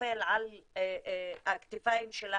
נופל על הכתפיים שלהן,